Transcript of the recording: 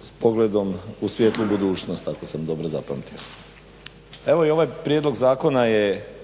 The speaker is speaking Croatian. s pogledom u svjetlu budućnost ako sam dobro zapamtio. Evo i ovaj prijedlog zakona je